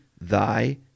thy